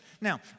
now